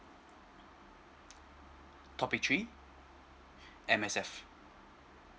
topic three M_S_F